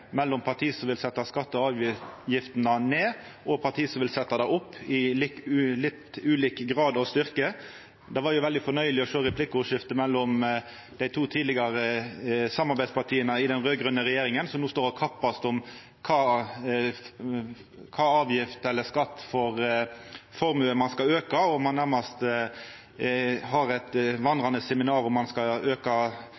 mellom parti som vil setja skattane og avgiftene ned, og parti som vil setja dei opp, i litt ulik grad og styrke. Det var veldig fornøyeleg å høyra replikkordskiftet mellom dei to tidlegare samarbeidspartia i den raud-grøne regjeringa, som no står og kappast om kva avgift eller skatt på formue ein skal auka, og nærmast har eit